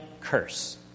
curse